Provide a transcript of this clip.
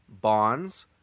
bonds